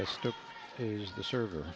is the server